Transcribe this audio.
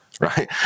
Right